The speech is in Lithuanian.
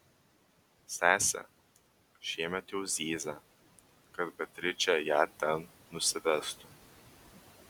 sesė šiemet jau zyzė kad beatričė ją ten nusivestų